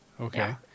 Okay